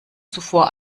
zuvor